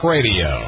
Radio